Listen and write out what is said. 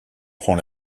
prend